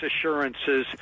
assurances